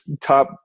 top